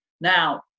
Now